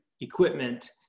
equipment